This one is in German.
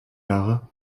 jahre